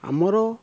ଆମର